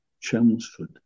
Chelmsford